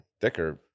thicker